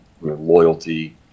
loyalty